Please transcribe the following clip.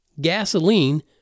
gasoline